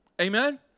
Amen